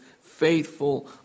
faithful